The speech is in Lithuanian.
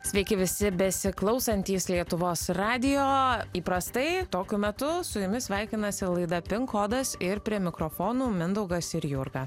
sveiki visi besiklausantys lietuvos radijo įprastai tokiu metu su jumis sveikinasi laida pin kodas ir prie mikrofonų mindaugas ir jurga